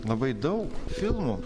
labai daug filmų